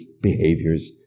behaviors